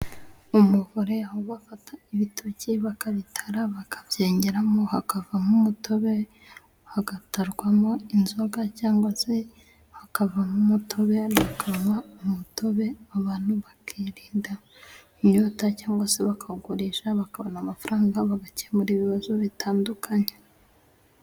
Umuvure aho bafata ibitoki bakabitara bakabyengeramo, hakavamo umutobe, hagatarwamo inzoga, cyangwa se hakavamo umutobe hakavamo umutobe, abantu bakirinda inyota cyangwa se bakawugurisha, bakabona amafaranga, bagakemura ibibazo bitandukanye.